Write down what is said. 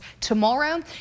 tomorrow